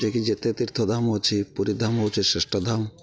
ଯିଏକି ଯେତେ ତୀର୍ଥ ଧାମ ଅଛି ପୁରୀ ଧାମ ହେଉଛି ଶ୍ରେଷ୍ଠ ଧାମ